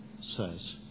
says